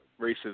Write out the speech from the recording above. racism